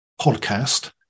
podcast